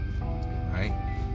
right